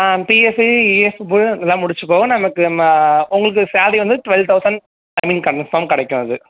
ஆ PF EF போ இதெல்லாம் முடிச்சு போக நமக்கு உங்களுக்கு சேலரி வந்து twelve thousand I mean confirm கிடைக்கும் அது